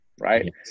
Right